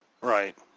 Right